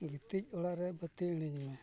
ᱜᱤᱛᱤᱡ ᱚᱲᱟᱜ ᱨᱮᱱᱟᱜ ᱵᱟᱹᱛᱤ ᱤᱬᱤᱡᱽᱢᱮ